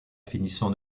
finissant